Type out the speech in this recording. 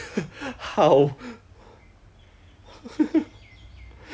站站住弄 lor 站住站住 then just 绑 lor 意思意思